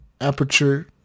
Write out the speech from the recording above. Aperture